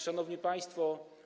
Szanowni Państwo!